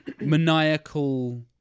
maniacal